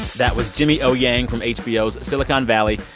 that was jimmy o. yang from hbo's silicon valley.